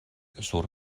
sur